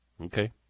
Okay